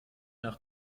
nach